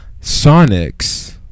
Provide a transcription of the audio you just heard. Sonics